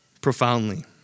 profoundly